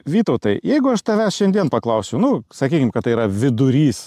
vytautai jeigu aš tavęs šiandien paklausiu nu sakykim kad yra vidurys